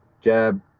jab